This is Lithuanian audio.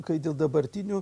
kai dėl dabartinių